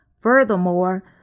Furthermore